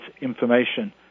information